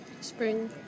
Spring